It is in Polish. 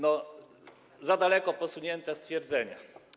To za daleko posunięte stwierdzenia.